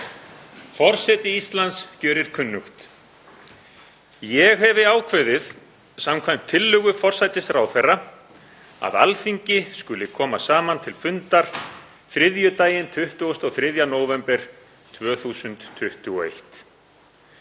„Forseti Íslands gjörir kunnugt: Ég hefi ákveðið, samkvæmt tillögu forsætisráðherra, að Alþingi skuli koma saman til fundar þriðjudaginn 23. nóvember 2021.